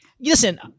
Listen